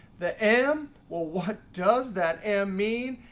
the m, well, what does that m mean?